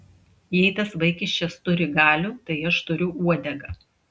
jei tas vaikiščias turi galių tai aš turiu uodegą